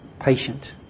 patient